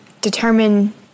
determine